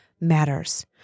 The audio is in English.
matters